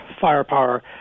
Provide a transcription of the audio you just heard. firepower